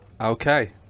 Okay